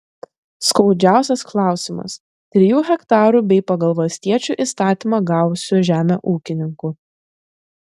skaudžiausias klausimas trijų hektarų bei pagal valstiečių įstatymą gavusių žemę ūkininkų